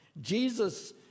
Jesus